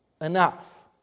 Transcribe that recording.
Enough